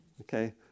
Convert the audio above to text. Okay